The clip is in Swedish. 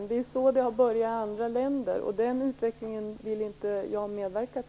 Det är så det har börjat i andra länder, och den utvecklingen vill inte jag medverka till.